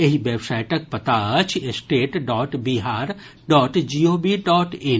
एहि वेबसाइटक पता अछि state dot Bihar dot gov dot in